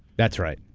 that's right.